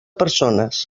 persones